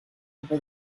over